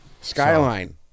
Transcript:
Skyline